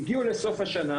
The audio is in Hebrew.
הגיעו לסוף השנה,